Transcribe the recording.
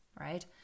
right